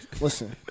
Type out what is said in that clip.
listen